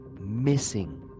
missing